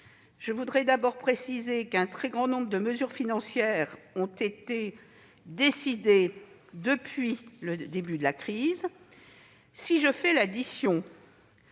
partie du PLF. Un très grand nombre de mesures financières ont été décidées depuis le début de la crise. Si je fais l'addition